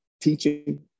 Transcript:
teaching